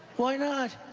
why not?